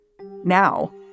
Now